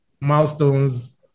milestones